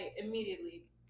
immediately